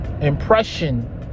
impression